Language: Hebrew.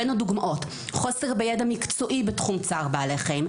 בין הדוגמאות: חוסר בידע מקצועי בתחום צער בעלי חיים,